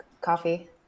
coffee